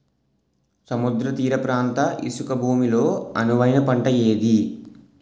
సముద్ర తీర ప్రాంత ఇసుక భూమి లో అనువైన పంట ఏది?